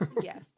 yes